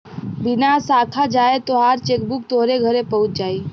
बिना साखा जाए तोहार चेकबुक तोहरे घरे पहुच जाई